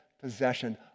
possession